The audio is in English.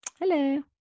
Hello